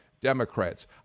Democrats